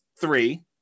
three